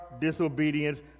disobedience